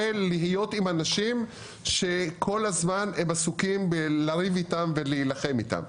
להיות עם אנשים שכל הזמן הם עסוקים בלריב איתם ולהילחם איתם.